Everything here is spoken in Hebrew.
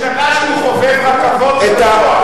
אולי את ראש הממשלה, שהוא חובב רכבות ידוע.